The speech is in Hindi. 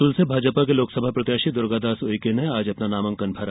बैतूल से भाजपा के लोकसभा प्रत्याशी दुर्गा दास उइके ने अपना नामांकन भरा